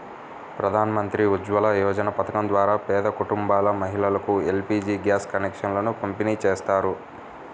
ప్రధాన్ మంత్రి ఉజ్వల యోజన పథకం ద్వారా పేద కుటుంబాల మహిళలకు ఎల్.పీ.జీ గ్యాస్ కనెక్షన్లను పంపిణీ చేస్తారు